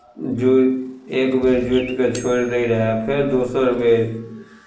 जोति एक बेर जोति कऽ छोड़ि दैत रहय फेर दोसर बेर